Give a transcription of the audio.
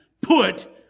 put